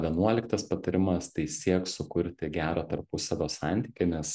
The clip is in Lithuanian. vienuoliktas patarimas tai siek sukurti gerą tarpusavio santykį nes